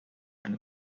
eine